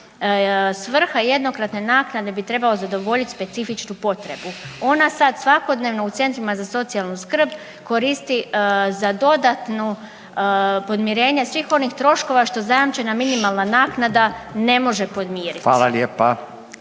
svrha jednokratne naknade bi trebalo zadovoljiti specifičnu potrebu ona sad svakodnevno u centrima za socijalnu skrb koristi za dodatnu podmirenje svih onih troškova što zajamčena minimalna naknada ne može podmiriti. **Radin,